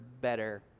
better